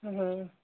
हूं हम्म